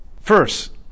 first